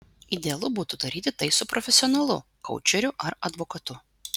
idealu būtų daryti tai su profesionalu koučeriu ar advokatu